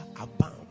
abound